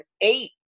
eight